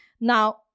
now